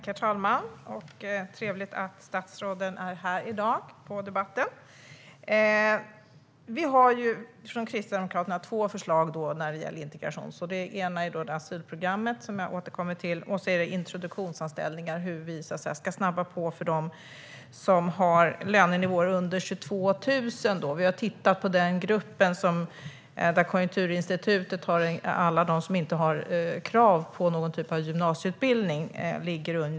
Herr talman! Det är trevligt att ha statsråden med i debatten. Kristdemokraterna har två förslag vad gäller integration. Det ena är asylprogrammet, som jag återkommer till. Det andra är introduktionsanställningar för att snabba på för den grupp som har lönenivåer under 22 000. Här finns enligt Konjunkturinstitutet alla som har arbete utan krav på gymnasieutbildning.